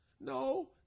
No